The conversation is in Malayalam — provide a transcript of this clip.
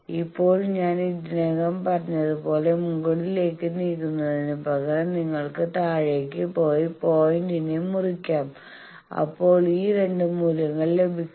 ഇപ്പോൾ ഞാൻ ഇതിനകം പറഞ്ഞതുപോലെ മുകളിലേക്ക് നീങ്ങുന്നതിന് പകരം നിങ്ങൾക്ക് താഴേക്ക് പോയി പോയിന്റ്നെ മുറിക്കാം അപ്പോൾ ഈ 2 മൂല്യങ്ങൾ ലഭിക്കും